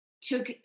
took